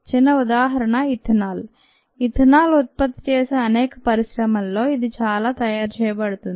చిన్న ఉదాహరణ ethanol ethanol ఉత్పత్తి చేసే అనేక పరిశ్రమల్లో ఇది చాలా తయారు చేయబడుతుంది